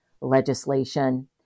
legislation